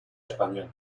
español